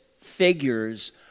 figures